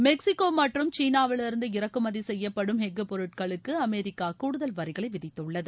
Mexico மற்றும் சீனாவிலிருந்து இறக்குமதி செய்யப்படும் எஃகு பொருட்களுக்கு அமெரிக்கா கூடுதல் வரிகளை விதித்துள்ளது